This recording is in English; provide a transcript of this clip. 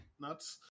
nuts